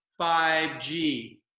5G